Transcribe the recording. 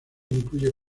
incluye